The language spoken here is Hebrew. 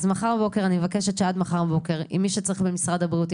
אני מבקשת שעד מחר בבוקר אם צריך מישהו במשרד הבריאות,